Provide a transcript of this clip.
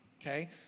okay